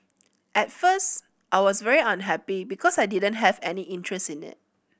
at first I was very unhappy because I didn't have any interest in it